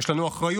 יש לנו אחריות.